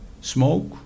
smoke